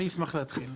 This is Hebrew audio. אני אשמח להתחיל.